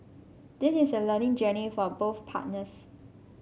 this is a learning journey for a both partners